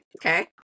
okay